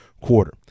quarter